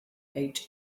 ate